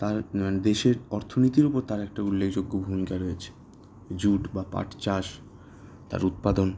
তার দেশের অর্থনীতির উপর তার একটা উল্লেখযোগ্য ভূমিকা রয়েছে জুট বা পাট চাষ তার উৎপাদন